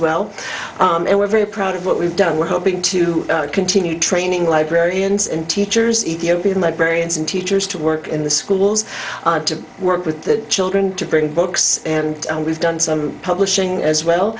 well and we're very proud of what we've done we're hoping to continue training librarians and teachers ethiopian librarians and teachers to work in the schools to work with the children to bring books and we've done some publishing as well